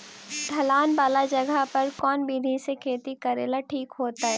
ढलान वाला जगह पर कौन विधी से खेती करेला ठिक होतइ?